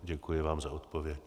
Děkuji vám za odpověď.